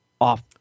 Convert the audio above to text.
off